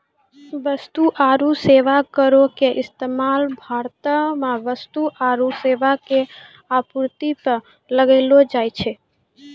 वस्तु आरु सेबा करो के इस्तेमाल भारतो मे वस्तु आरु सेबा के आपूर्ति पे लगैलो जाय छै